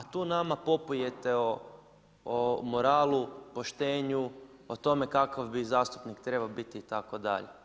A tu nama popujete o moralu, poštenju, o tome kakav bi zastupnik trebao biti itd.